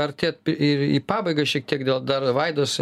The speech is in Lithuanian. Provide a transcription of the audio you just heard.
artėti ir į pabaigą šiek tiek dėl dar vaidas